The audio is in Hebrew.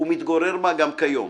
ומתגורר בה גם כיום.